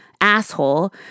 asshole